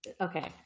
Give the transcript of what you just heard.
Okay